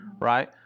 right